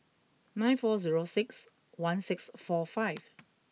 nine four zero six one six four five